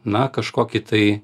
na kažkokį tai